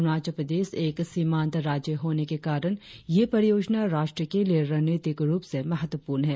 अरुणाचल प्रदेश एक सीमांत राज्य होने के कारण यह परियोजना राष्ट्र के लिए रणनीतिक रुप से महत्वपूर्ण है